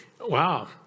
Wow